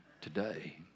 today